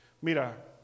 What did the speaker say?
Mira